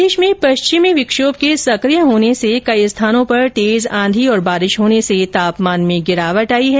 प्रदेश में पश्चिमी विक्षोभ के सकिय होने से कई स्थानों पर तेज आंधी और बारिश होने से तापमान में गिरावट आई है